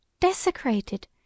desecrated